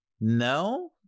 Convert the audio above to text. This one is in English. no